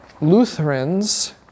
Lutherans